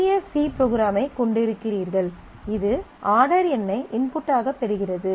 எளிய C program ஐ கொண்டிருக்கிறீர்கள் இது ஆர்டர் எண்ணை இன்புட் ஆகப் பெறுகிறது